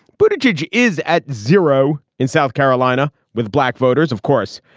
but a judge is at zero in south carolina with black voters of course.